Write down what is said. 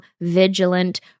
vigilant